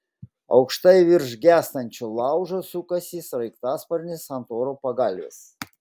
aukštai virš gęstančio laužo sukasi sraigtasparnis ant oro pagalvės